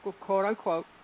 quote-unquote